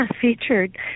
featured